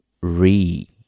re